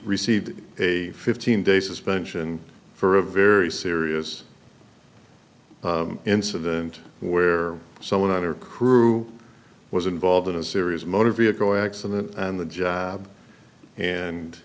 received a fifteen day suspension for a very serious incident where someone on her crew was involved in a serious motor vehicle accident and the job and